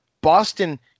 Boston